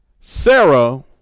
Sarah